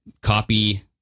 copy